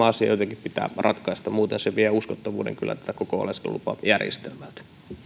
asia jotenkin pitää ratkaista muuten se vie uskottavuuden kyllä tältä koko oleskelulupajärjestelmältä